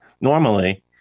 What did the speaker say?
normally